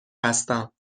هستم